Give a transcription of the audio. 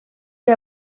que